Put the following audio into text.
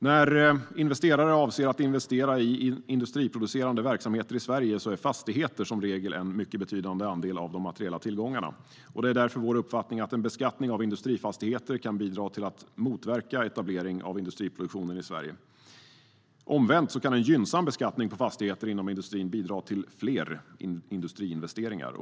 När investerare avser att investera i industriproducerande verksamheter i Sverige är fastigheter som regel en mycket betydande andel av de materiella tillgångarna. Det är därför vår uppfattning att en beskattning av industrifastigheter kan bidra till att motverka etablering av industriproduktion i Sverige. Omvänt kan en gynnsam beskattning på fastigheter inom industrin bidra till fler industriinvesteringar.